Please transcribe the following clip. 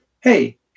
hey